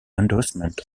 endorsement